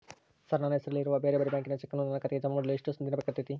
Sir ನನ್ನ ಹೆಸರಲ್ಲಿ ಇರುವ ಬೇರೆ ಬ್ಯಾಂಕಿನ ಚೆಕ್ಕನ್ನು ನನ್ನ ಖಾತೆಗೆ ಜಮಾ ಮಾಡಲು ಎಷ್ಟು ದಿನ ಬೇಕಾಗುತೈತಿ?